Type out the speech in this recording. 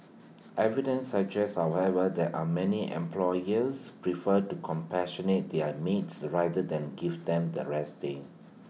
evidence suggests however there are many employers prefer to compassionate their maids rather than give them that rest day